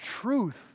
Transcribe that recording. truth